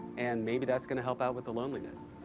and maybe that's gonna help out with the loneliness.